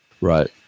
Right